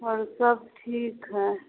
आओर सब ठीक हइ